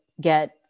get